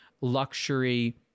luxury